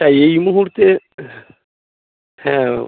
তা এই মুহুর্তে হ্যাঁ